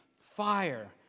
fire